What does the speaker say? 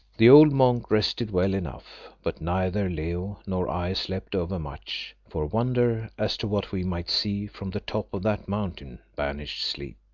the old monk rested well enough, but neither leo nor i slept over much, for wonder as to what we might see from the top of that mountain banished sleep.